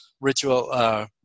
ritual